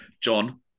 John